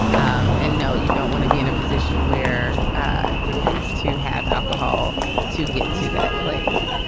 um and no you don't want to be in a position where ah you have to have alcohol to get to that place.